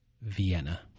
vienna